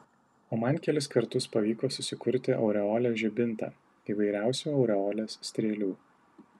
o man kelis kartus pavyko susikurti aureolės žibintą įvairiausių aureolės strėlių